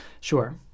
Sure